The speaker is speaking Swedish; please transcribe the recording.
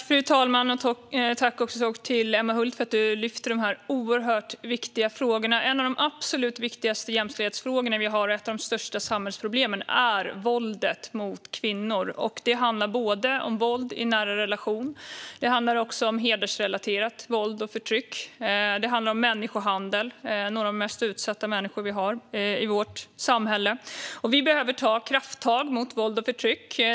Fru talman! Tack, Emma Hult, för att du lyfter dessa oerhört viktiga frågor! En av de absolut viktigaste jämställdhetsfrågorna vi har, och ett av de största samhällsproblemen, är våldet mot kvinnor. Det handlar om våld i nära relation, om hedersrelaterat våld och förtryck och om människohandel - några av de mest utsatta människor vi har i vårt samhälle. Vi behöver ta krafttag mot våld och förtryck.